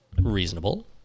reasonable